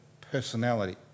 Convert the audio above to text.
personality